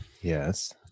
Yes